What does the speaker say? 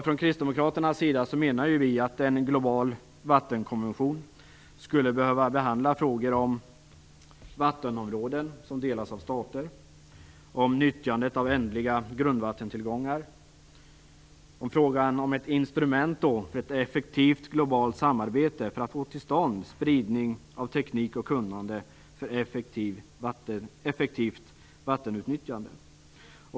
Vi kristdemokrater menar att en global vattenkonvention skulle behöva behandla frågor om vattenområden som delas av stater, om nyttjandet av ändliga grundvattentillgångar, om ett instrument för ett effektivt globalt samarbete för att få till stånd spridning, teknik och kunnande för effektivt vattenutnyttjande.